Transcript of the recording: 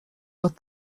got